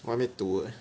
我还没读 leh